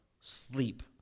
sleep